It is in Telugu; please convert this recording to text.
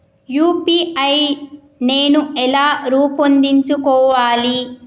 యూ.పీ.ఐ నేను ఎలా రూపొందించుకోవాలి?